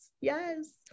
yes